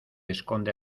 esconde